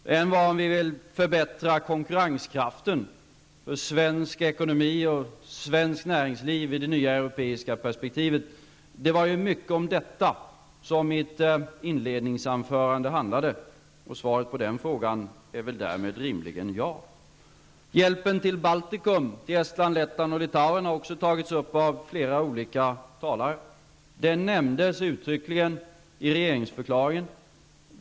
En fråga var om regeringen vill förbättra konkurrenskraften för svensk ekonomi och svenskt näringsliv i det nya europeiska perspektivet. Mitt inledningsanförande handlade mycket om detta. Svaret på den frågan är väl därmed rimligen ja. Litauen, har också tagits upp av flera olika talare. Detta togs uttryckligen upp i regeringsförklaringen.